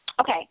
Okay